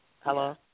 Hello